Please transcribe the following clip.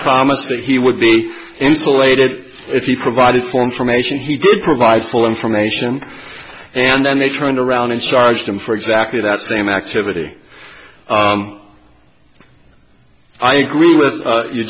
promised that he would be insulated if he provided for information he did provide for information and then they turned around and charged him for exactly that same activity i agree with you